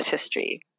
history